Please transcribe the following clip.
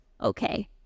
Okay